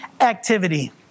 activity